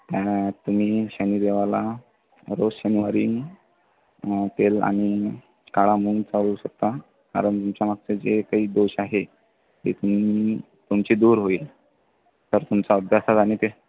त्या तुम्ही शनिदेवाला रोज शनिवारी तेल आणि काळा मूग चालवू शकता कारण तुमच्यामागचं जे काही दोष आहे ते तुमची दूर होईल तर तुमचा अभ्यासात आणि ते